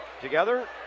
together